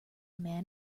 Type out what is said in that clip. man